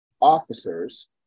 officers